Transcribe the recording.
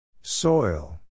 Soil